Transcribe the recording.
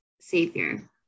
savior